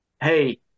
hey